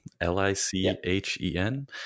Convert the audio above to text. l-i-c-h-e-n